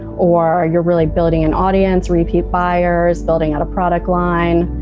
or you're really building an audience, repeat buyers, building out a product line.